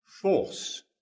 force